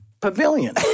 pavilion